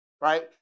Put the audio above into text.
right